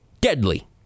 deadly